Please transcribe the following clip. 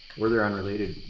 or they're unrelated.